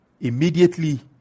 immediately